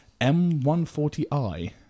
M140i